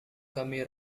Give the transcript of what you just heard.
kami